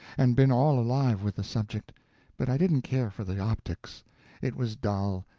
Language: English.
and been all alive with the subject but i didn't care for the optics it was dull,